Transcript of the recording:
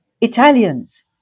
Italians